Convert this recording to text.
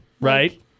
Right